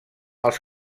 els